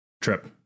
Trip